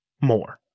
more